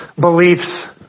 beliefs